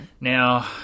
Now